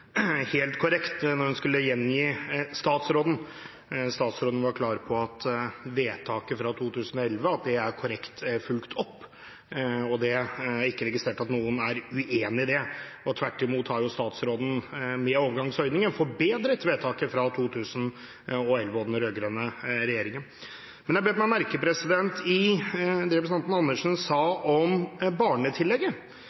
klar på at vedtaket fra 2011 er korrekt fulgt opp, og jeg har ikke registrert at noen er uenig i det. Tvert imot har jo statsråden med overgangsordningen forbedret vedtaket fra 2011 og den rød-grønne regjeringen. Men jeg bet meg merke i det representanten Andersen sa om barnetillegget.